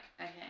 okay